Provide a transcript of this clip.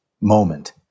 moment